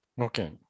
Okay